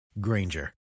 Granger